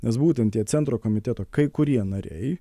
nes būtent tie centro komiteto kai kurie nariai